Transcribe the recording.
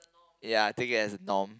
ya think as norm